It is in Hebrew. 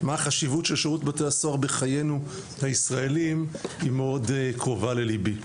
מה החשיבות של שירות בתי הסוהר בחיינו הישראלים היא מאוד קרובה ללבי.